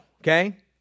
Okay